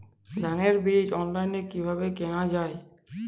ধানের বীজ অনলাইনে কিভাবে কেনা যায়?